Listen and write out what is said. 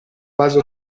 base